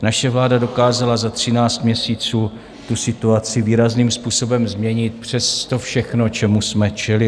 Naše vláda dokázala za třináct měsíců tu situaci výrazným způsobem změnit přes to všechno, čemu jsme čelili.